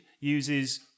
uses